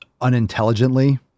unintelligently